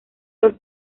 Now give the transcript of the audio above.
los